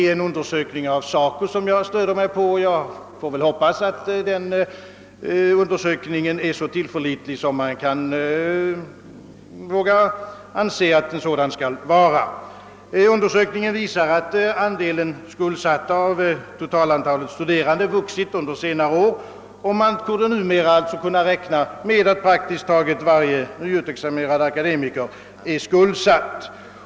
Jag stöder mig härvid på en undersökning av SACO, och jag hoppas att den undersökningen är så tillförlitlig som en sådan bör vara. skuldsatta av: totalantalet studerande vuxit under senare år; man torde numera kunna räkna med att praktiskt taget varje nyutexaminerad akademiker är skuldsatt.